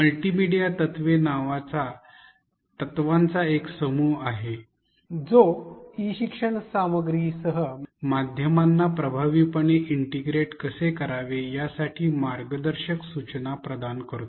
multimedia तत्त्वे नावाचा तत्त्वांचा एक समूह आहे जो ई शिक्षण सामग्रीसह माध्यमांना प्रभावीपणे इंटिग्रेट कसे करावे यासाठी मार्गदर्शक सूचना प्रदान करतो